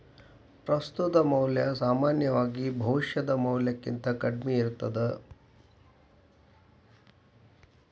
ಪ್ರಸ್ತುತ ಮೌಲ್ಯ ಸಾಮಾನ್ಯವಾಗಿ ಭವಿಷ್ಯದ ಮೌಲ್ಯಕ್ಕಿಂತ ಕಡ್ಮಿ ಇರ್ತದ